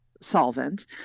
solvent